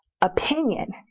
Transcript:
opinion